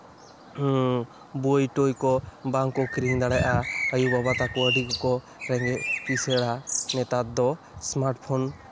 ᱵᱳᱭ ᱴᱳᱭ ᱠᱚ ᱵᱟᱝ ᱠᱚ ᱠᱤᱨᱤᱧ ᱫᱟᱲᱮᱭᱟᱜᱼᱟ ᱟᱹᱭᱩ ᱵᱟᱵᱟ ᱛᱟᱠᱚ ᱟᱹᱰᱤ ᱜᱮᱠᱚ ᱨᱮᱸᱜᱮᱡ ᱠᱤᱥᱟᱬᱟ ᱱᱮᱛᱟᱨ ᱫᱚ ᱥᱢᱟᱨᱴ ᱯᱷᱳᱱ